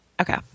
Okay